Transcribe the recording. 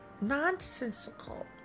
nonsensical